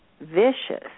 vicious